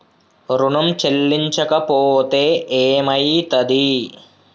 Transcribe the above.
ఋణం చెల్లించకపోతే ఏమయితది?